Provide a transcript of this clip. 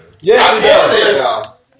Yes